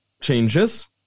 changes